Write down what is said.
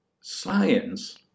Science